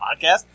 podcast